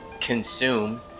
consume